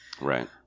Right